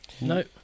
No